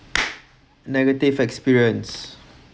negative experience